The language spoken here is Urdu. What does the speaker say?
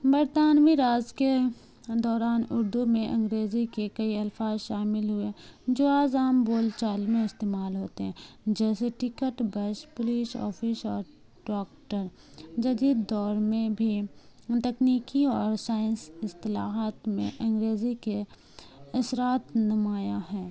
برطانوی راز کے دوران اردو میں انگریزی کے کئی الفاظ شامل ہوئے جو آج عام بول چال میں استعمال ہوتے ہیں جیسے ticket bus police officer doctor جدید دور میں بھی تکنیکی اور سائنس اصطلاحات میں انگریزی کے اثرات نمایاں ہیں